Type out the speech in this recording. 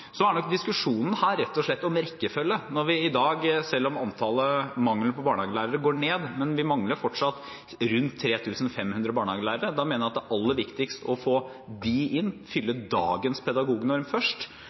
Diskusjonen her gjelder rett og slett rekkefølgen. Selv om antall manglende barnehagelærere går ned, mangler vi fortsatt rundt 3 500 barnehagelærere. Da mener jeg det er aller viktigst å få dem inn, fylle dagens pedagognorm først.